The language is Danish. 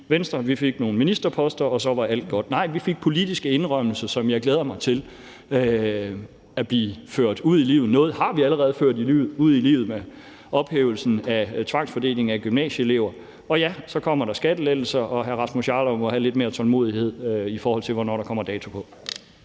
Venstre fik nogle ministerposter, og at så var alt godt. Nej, vi fik politiske indrømmelser, som jeg glæder mig til bliver ført ud i livet. Noget har vi allerede ført ud i livet, nemlig med ophævelsen af tvangsfordelingen af gymnasieelever. Og ja, så kommer der skattelettelser, og hr. Rasmus Jarlov må have lidt mere tålmodighed, i forhold til hvornår der kommer en dato på.